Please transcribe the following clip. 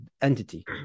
entity